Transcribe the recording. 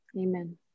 Amen